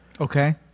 Okay